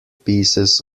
pieces